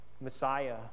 Messiah